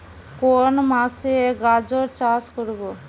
কোন মাসে গাজর চাষ করব?